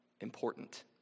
important